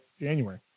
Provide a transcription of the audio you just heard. January